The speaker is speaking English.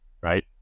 right